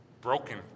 broken